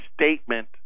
statement